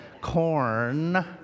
corn